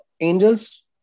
angels